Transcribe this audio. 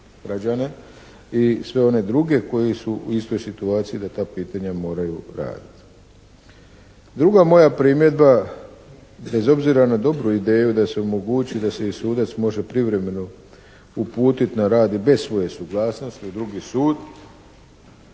i sve one druge koji su u istoj situaciji da ta pitanja moraju raditi. Druga moja primjedba bez obzira na dobru ideju da se omogući da se i sudac može privremeno uputiti na rad i bez svoje suglasnosti u drugi sud